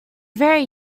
very